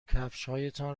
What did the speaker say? کفشهایتان